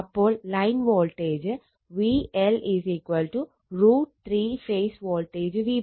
അപ്പോൾ line voltage VL √ 3 phase voltage Vp